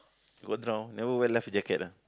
got drown never wear life jacket ah